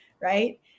Right